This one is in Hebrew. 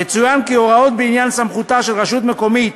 יצוין כי הוראות בעניין סמכותה של רשות מקומית